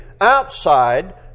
outside